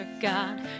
God